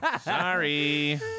Sorry